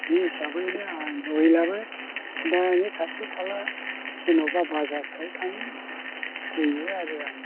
बे हिसाबैनो आं नुहैलाबो दा ओरैनो खाथि खाला जेन'बा बाजारफ्राव थाङो फैयो आरो आङो